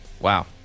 Wow